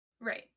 right